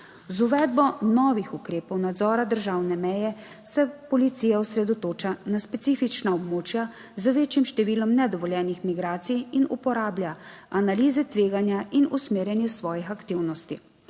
Z uvedbo novih ukrepov nadzora državne meje se policija osredotoča na specifična območja z večjim številom nedovoljenih migracij in uporablja analize tveganja in usmerjanje svojih aktivnosti.